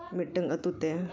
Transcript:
ᱢᱤᱫᱴᱟᱝ ᱟᱹᱛᱩ ᱛᱮ